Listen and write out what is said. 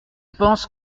pense